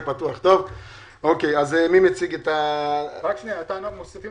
אם מוסיפים את זה לסדר-היום,